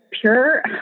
pure